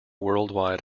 worldwide